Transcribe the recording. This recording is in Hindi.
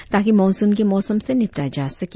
ताकि मॉनसून के मौसम से निपटा जा सके